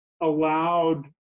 allowed